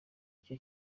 icyo